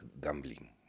gambling